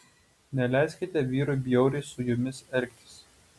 neleiskite vyrui bjauriai su jumis elgtis